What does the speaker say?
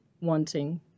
wanting